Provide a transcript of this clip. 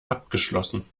abgeschlossen